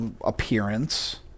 appearance